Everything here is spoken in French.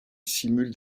simule